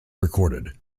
recorded